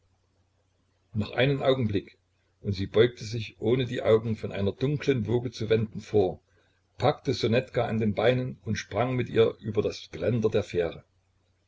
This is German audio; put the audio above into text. noch einen augenblick und sie beugte sich ohne die augen von einer dunklen woge zu wenden vor packte ssonetka an den beinen und sprang mit ihr über das geländer der fähre